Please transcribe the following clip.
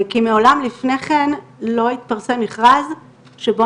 כי מעולם לפני כן לא התפרסם מכרז שבו